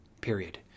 Period